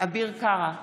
אביר קארה,